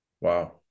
Wow